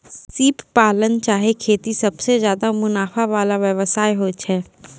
सिप पालन चाहे खेती सबसें ज्यादे मुनाफा वला व्यवसाय होय छै